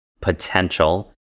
potential